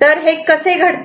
तर हे कसे घडते